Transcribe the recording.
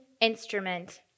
instrument